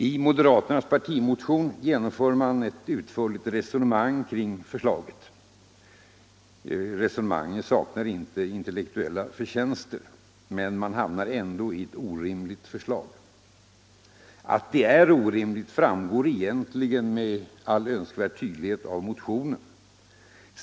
I moderaternas partimotion genomför man ett utförligt resonemang kring sitt förslag. Resonemanget saknar inte intellektuella förtjänster, men man hamnar ändå i ett orimligt förslag. Att det är orimligt framgår egentligen med all önskvärd tydlighet av motionen.